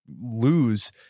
lose